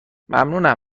ممنونم